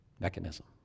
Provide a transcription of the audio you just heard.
mechanism